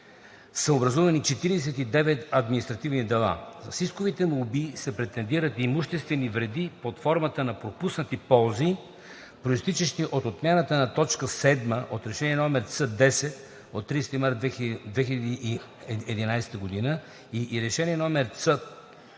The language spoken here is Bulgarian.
са образувани 49 административни дела. С исковите молби се претендират имуществени вреди под формата на пропуснати ползи, произтичащи от отмяната на т. 7 от Решение № Ц-10 от 30 март 2011 г. и Решение № Ц-5